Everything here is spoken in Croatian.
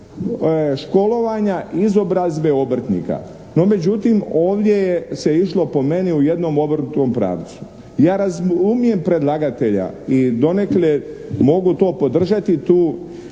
školovanja, izobrazbe obrtnika. No, međutim ovdje se išlo po meni u jednom obrnutom pravcu. Ja razumijem predlagatelja i donekle mogu to podržati to